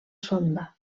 sonda